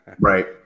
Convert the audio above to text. Right